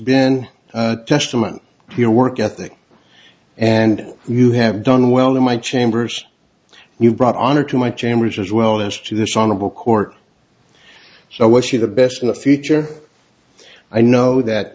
to your work ethic and you have done well in my chambers you brought honor to my chambers as well as to this honorable court so i wish you the best in the future i know that